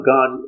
God